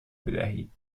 بدهید